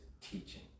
teaching